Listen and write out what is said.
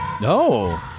No